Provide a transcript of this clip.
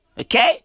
okay